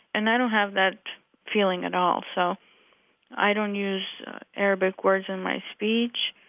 and i don't have that feeling at all. so i don't use arabic words in my speech,